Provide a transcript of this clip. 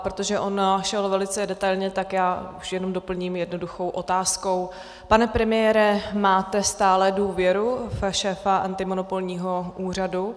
Protože on na to šel velice detailně, tak já už jenom doplním jednoduchou otázkou: Pane premiére, máte stále důvěru v šéfa antimonopolního úřadu?